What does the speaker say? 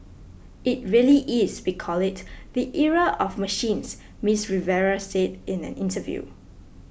it really is we call it the era of machines Miss Rivera said in an interview